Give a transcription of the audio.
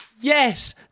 Yes